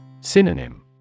Synonym